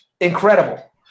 incredible